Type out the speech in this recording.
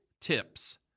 tips